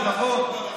זה נכון.